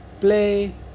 play